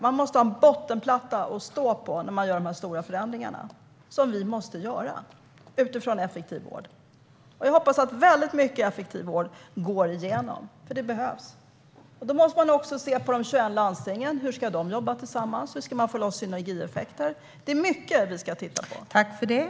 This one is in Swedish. Vi måste ha en bottenplatta att stå på när vi gör de här stora förändringarna som vi måste göra utifrån betänkandet Effektiv vård . Jag hoppas att mycket av Effektiv vård går igenom, för det behövs. Då måste man också se på de 21 landstingen. Hur ska de jobba tillsammans? Hur ska man få loss synergieffekter? Det är mycket vi ska titta på.